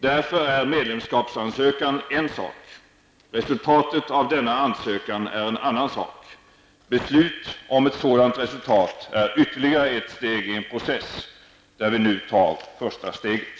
Därför är medlemskapsansökan en sak. Resultatet av denna ansökan är en annan sak. Beslut om ett sådant resultat är ytterligare ett steg i en process, där vi nu tar första steget.